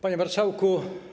Panie Marszałku!